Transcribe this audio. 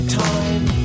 time